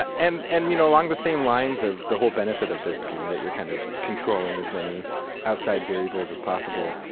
ah and and you know along the same lines of, the whole benefit of this being that you're kind of controlling as many outside variables as possible,